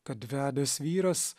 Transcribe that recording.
kad vedęs vyras